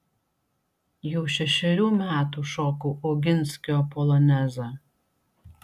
jau šešerių metų šokau oginskio polonezą